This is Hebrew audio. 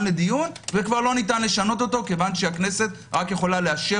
לדיון וכבר לא ניתן לשנותו כי הכנסת רק יכולה לאשר